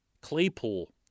Claypool